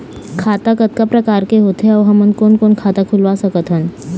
खाता कतका प्रकार के होथे अऊ हमन कोन कोन खाता खुलवा सकत हन?